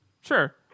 sure